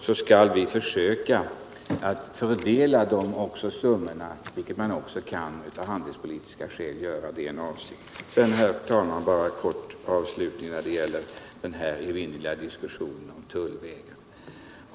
Vi skall försöka att fördela summorna, vilket man också av handelspolitiska skäl kan göra. Det är alltså vår avsikt. Herr talman! Bara en kort avslutning av den evinnerliga diskussionen om tullvägar.